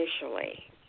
initially